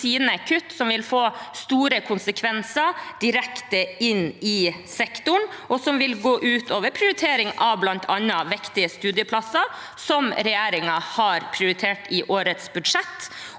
sine kutt, som vil få store konsekvenser direkte inn i sektoren, og som vil gå ut over prioritering av bl.a. viktige studieplasser, som regjeringen har prioritert i årets budsjett.